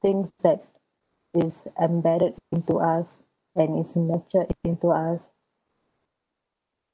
things that is embedded into us and is nurtured into us